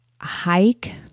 hike